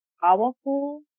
powerful